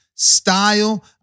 style